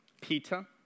Peter